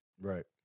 right